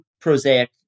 prosaic